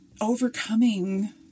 overcoming